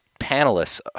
panelists